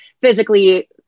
physically